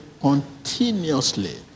continuously